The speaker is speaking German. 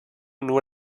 nur